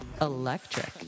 Electric